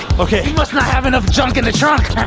okay. you must not have enough junk in the trunk.